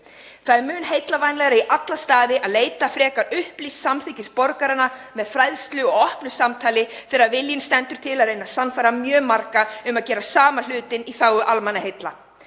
Það er mun heillavænlegra í alla staði að leita frekar upplýsts samþykkis borgaranna með fræðslu og opnu samtali þegar vilji stendur til að reyna að sannfæra mjög marga um að gera sama hlutinn í þágu almannaheilla,